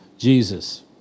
Jesus